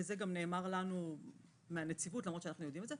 וזה גם נאמר לנו מהנציבות למרות שאנחנו יודעים את זה,